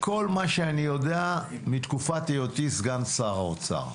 כל מה שאני יודע מתקופת היותי סגן שר האוצר.